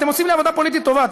אתם עושים לי עבודה פוליטית טובה.